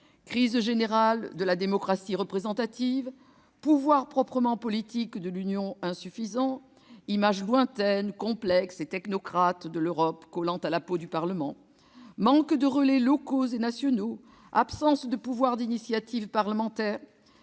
crise générale de la démocratie représentative, pouvoirs proprement politiques de l'Union insuffisants, image lointaine, complexe et technocrate de l'Europe collant à la peau du Parlement, manque de relais locaux et nationaux, absence de pouvoir d'initiative parlementaire